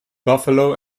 buffalo